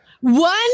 one